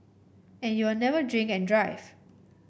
and you'll never drink and drive